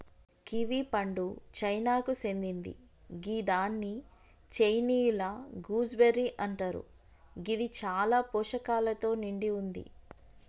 kiwi పండు చైనాకు సేందింది గిదాన్ని చైనీయుల గూస్బెర్రీ అంటరు గిది చాలా పోషకాలతో నిండి వుంది